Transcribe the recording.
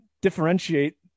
differentiate